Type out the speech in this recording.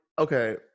okay